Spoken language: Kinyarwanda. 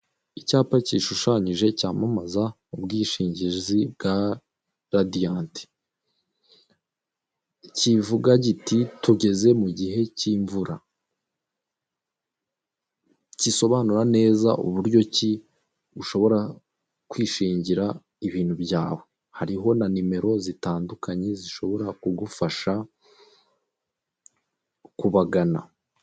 Icyapa kishushanyije, cyamamaza ubwishingizi bwa radiyanti. Kivuga giti "tugeze mu gihe cy'imvura". Kisobanura neza uburyo ki ushobora kwishingira ibintu byawe. Hariho na nimero zitandukanye, zishobora kugufasha kubagana.